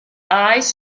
eyes